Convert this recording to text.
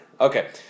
Okay